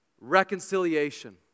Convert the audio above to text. reconciliation